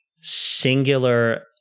singular